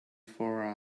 for